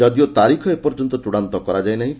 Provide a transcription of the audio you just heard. ଯଦିଓ ତାରିଖ ଏ ପର୍ଯ୍ୟନ୍ତ ଚୂଡ଼ାନ୍ତ କରାଯାଇ ନାହିଁ